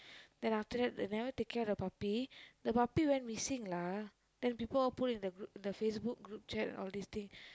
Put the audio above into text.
then after that they never take care of the puppy the puppy went missing lah then people all put it in the group the Facebook group chat all this things